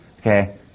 okay